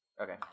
Okay